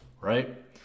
right